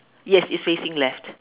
yes if facing left